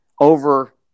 over